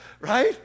Right